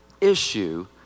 issue